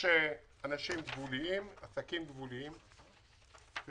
עסקים גבוליים של